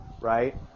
right